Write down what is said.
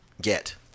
get